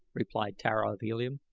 replied tara of helium.